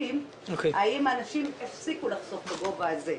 האם האנשים הפסיקו לחסוך בגובה הזה?